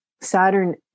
Saturn